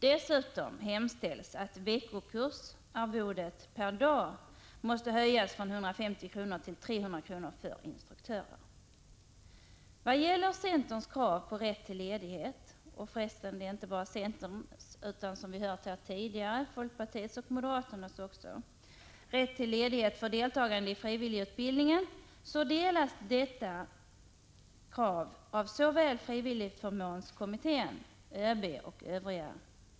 Dessutom hemställs att veckokursarvodet per dag måste höjas från 150 kr. till 300 kr. för instruktörer. Vad gäller centerns krav på rätt till ledighet för deltagande i frivilligutbildningen — det är för resten inte bara centerns krav utan, som vi hört här tidigare, också folkpartiets och moderaternas — delas detta krav av såväl frivilligförmånskommittén som ÖB.